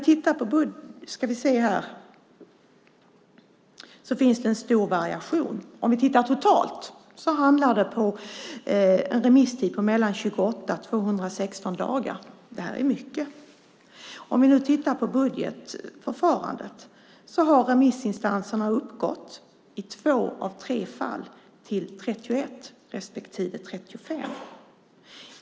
Det finns en stor variation. Totalt handlar det om remisstider på mellan 28 och 216 dagar. Det är mycket. Om vi nu tittar på budgetförfarandet kan vi se att remissinstanserna i två av tre fall har uppgått till 31 respektive 35.